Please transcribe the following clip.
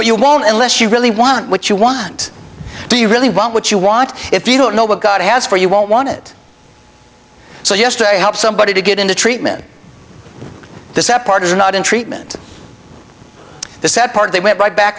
but you won't unless you really want what you want do you really want what you want if you don't know what god has for you won't want it so yesterday help somebody to get into treatment this ep art is not in treatment the sad part they went right back